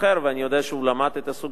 ואני יודע שהוא למד את הסוגיה,